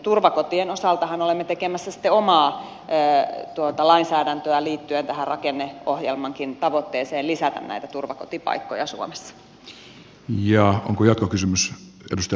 turvakotien osaltahan olemme tekemässä sitten omaa lainsäädäntöä liittyen tähän rakenneohjelmankin tavoitteeseen lisätä näitä turvakotipaikkoja suomessa